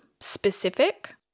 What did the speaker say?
specific